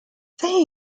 they